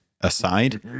aside